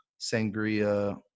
sangria